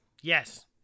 Yes